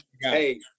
Hey